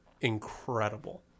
incredible